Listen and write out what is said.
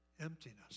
Emptiness